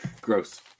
Gross